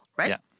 right